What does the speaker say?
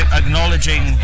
acknowledging